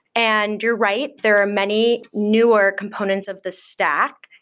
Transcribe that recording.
and you're right, there are many newer components of the stack,